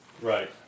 Right